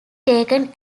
taken